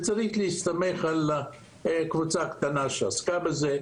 וצריך להסתמך על קבוצה קטנה שעסקה בזה,